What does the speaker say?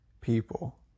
people